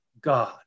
God